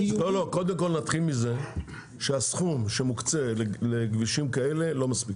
נתחיל מזה שהסכום שמוקצה לכבישים כאלה לא מספיק.